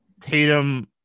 Tatum